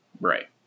Right